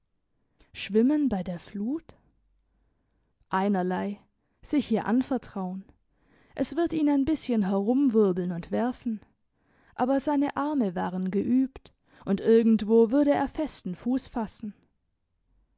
schwimmen bei der flut einerlei sich ihr anvertrauen es wird ihn ein bisschen herumwirbeln und werfen aber seine arme waren geübt und irgendwo würde er festen fuss fassen